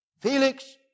Felix